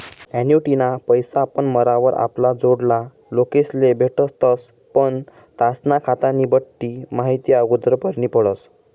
ॲन्युटीना पैसा आपण मरावर आपला जोडला लोकेस्ले भेटतस पण त्यास्ना खातानी बठ्ठी माहिती आगोदर भरनी पडस